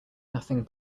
nothing